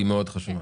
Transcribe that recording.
היא מאוד חשובה.